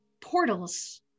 portals